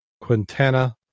Quintana